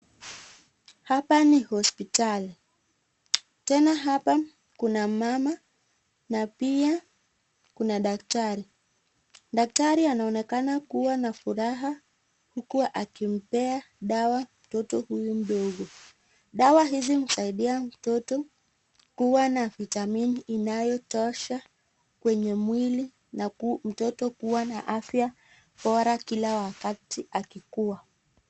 Hapa ni hospitali. Tena hapa kuna mama na pia kuna daktari. Daktari anaonekana kuwa na furaha huku akimpea dawa mtoto huyu mdogo. Dawa hizi husaidia mtoto kuwa na vitamini inayotosha kwenye mwili na mtoto kuwa na afya bora kila wakati akikua.